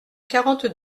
quarante